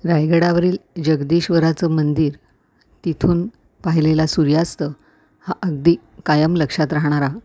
रायगडावरील जगदीश्वराचे मंदिर तिथून पाहिलेला सूर्यास्त हा अगदी कायम लक्षात राहणारा